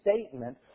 statement